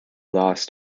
lost